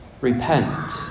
Repent